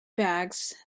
bags